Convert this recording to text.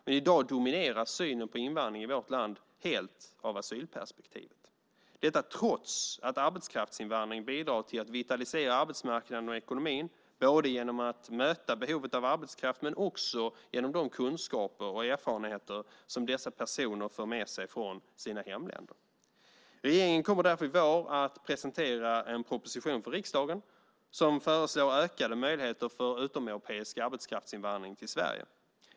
Men i dag domineras synen på invandring i vårt land helt av asylperspektivet, detta trots att arbetskraftsinvandring bidrar till att vitalisera arbetsmarknaden och ekonomin genom att möta behovet av arbetskraft men också genom de kunskaper och erfarenheter som dessa personer för med sig från sina hemländer. Regeringen kommer därför i vår att presentera en proposition för riksdagen där det föreslås ökade möjligheter för utomeuropeisk arbetskraftsinvandring till Sverige.